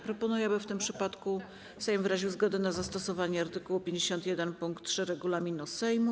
Proponuję, aby w tym przypadku Sejm wyraził zgodę na zastosowanie art. 51 pkt 3 regulaminu Sejmu.